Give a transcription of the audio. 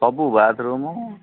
ସବୁ ବାଥ୍ରୁମ୍